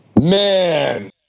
Man